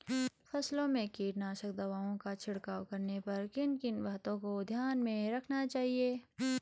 फसलों में कीटनाशक दवाओं का छिड़काव करने पर किन किन बातों को ध्यान में रखना चाहिए?